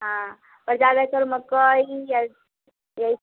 हाँ और ज़्यादातर मकई यहीं यहीं